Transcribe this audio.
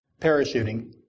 parachuting